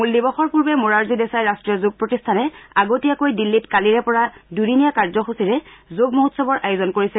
মূল দিৱসৰ পূৰ্বে মোৰৰজী দেশাই ৰাষ্ট্ৰীয় যোগ প্ৰতিষ্ঠানে আগতীয়াকৈ দিল্লীত কালিৰে পৰা দুদিনীয়া কাৰ্য্যসূচীৰে যোগ মহোৎসৱৰ আয়োজন কৰিছে